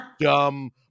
dumb